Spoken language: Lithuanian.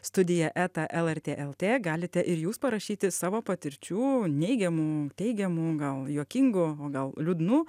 studija eta lrt lt galite ir jūs parašyti savo patirčių neigiamų teigiamų gal juokingų o gal liūdnų